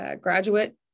graduate